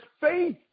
faith